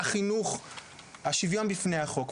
החינוך והשוויון בפני החוק.